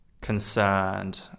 concerned